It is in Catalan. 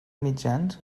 mitjans